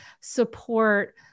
support